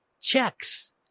Checks